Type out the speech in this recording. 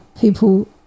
people